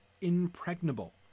impregnable